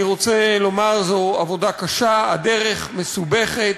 אני רוצה לומר, זו עבודה קשה, הדרך מסובכת,